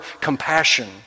compassion